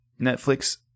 Netflix